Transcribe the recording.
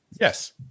Yes